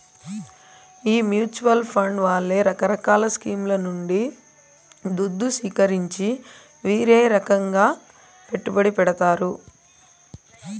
ఈ mutual fund వాళ్లే రకరకాల స్కీంల నుండి దుద్దు సీకరించి వీరే రకంగా పెట్టుబడి పెడతారు